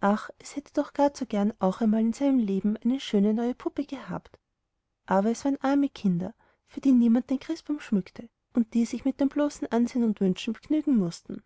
ach es hätte doch gar zu gern auch einmal in seinem leben eine schöne neue puppe gehabt aber es waren arme kinder für die niemand den christbaum schmückte und die sich mit dem bloßen ansehen und wünschen begnügen mußte